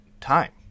time